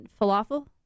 Falafel